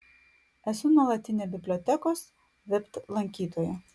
esu nuolatinė bibliotekos vipt lankytoja